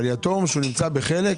אבל יתום שהוא נמצא בחלק?